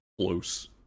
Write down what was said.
close